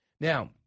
Now